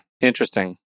interesting